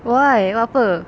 why wh~ apa